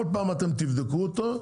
כל פעם אתם תבדקו אותו,